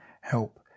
help